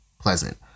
pleasant